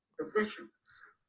positions